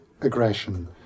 aggression